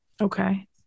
Okay